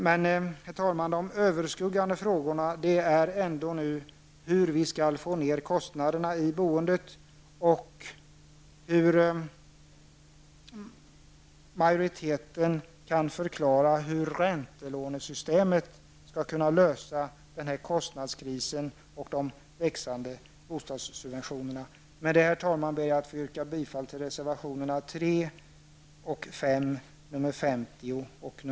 Men, herr talman, de överskuggande frågorna är ändå hur vi skall få ned kostnaderna i boendet och hur majoriteten kan förklara hur räntelånesystemet skall kunna lösa den här kostnadskrisen och de växande bostadssubventionerna. Med det, herr talman, ber jag att få yrka bifall till reservationerna